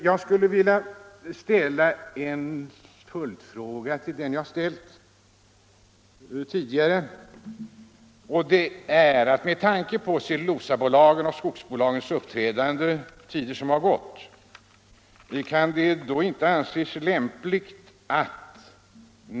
Jag skulle vilja ställa en följdfråga till min tidigare fråga. Och detta närmast med tanke på cellulosabolagens och skogsbolagens uppträdande under tider som gått.